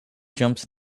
jumps